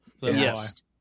Yes